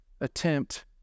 attempt